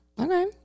Okay